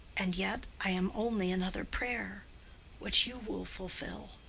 and yet i am only another prayer which you will fulfil.